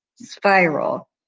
spiral